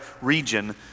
region